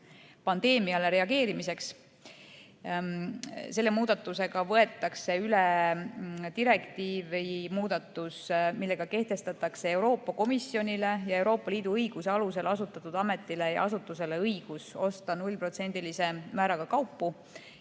pandeemiale reageerimiseks. Selle muudatusega võetakse üle direktiivi muudatus, millega kehtestatakse Euroopa Komisjoni ja Euroopa Liidu õiguse alusel asutatud ametile ja asutusele õigus osta nullprotsendilise